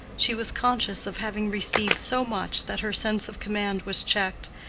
she was conscious of having received so much, that her sense of command was checked,